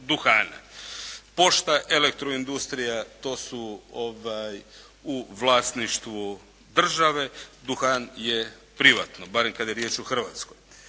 duhan je privatno, barem kada je riječ o Hrvatskoj.